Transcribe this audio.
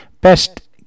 best